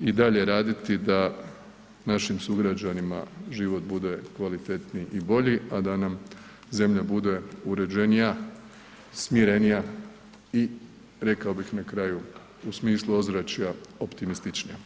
i dalje raditi da našim sugrađanima život bude kvalitetniji i bolji, a da nam zemlja bude uređenija, smirenija i rekao bih na kraju u smislu ozračja optimističnija.